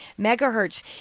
megahertz